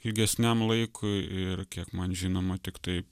ilgesniam laikui ir kiek man žinoma tiktai